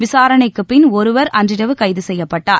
விசாரணைக்குபின் ஒருவர் அன்றிரவு கைது செய்யப்பட்டார்